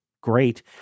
Great